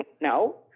no